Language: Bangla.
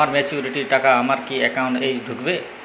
আমার ম্যাচুরিটির টাকা আমার কি অ্যাকাউন্ট এই ঢুকবে?